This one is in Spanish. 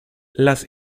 las